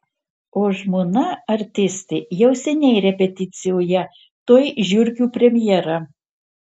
o žmona artistė jau seniai repeticijoje tuoj žiurkių premjera